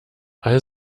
all